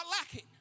lacking